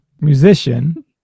musician